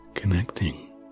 Connecting